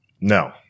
no